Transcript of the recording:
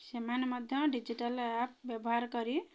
ସେମାନେ ମଧ୍ୟ digital app ବ୍ୟବହାର କରି